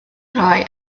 rhai